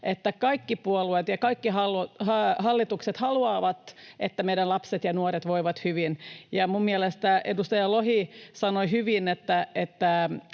että kaikki puolueet ja kaikki hallitukset haluavat, että meidän lapset ja nuoret voivat hyvin. Minun mielestäni edustaja Lohi sanoi hyvin,